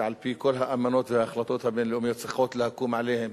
שעל-פי כל האמנות וההחלטות הבין-לאומיות צריכה לקום עליהם